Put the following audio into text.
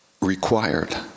required